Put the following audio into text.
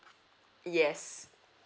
yes